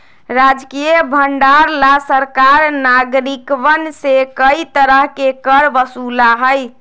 राजकीय भंडार ला सरकार नागरिकवन से कई तरह के कर वसूला हई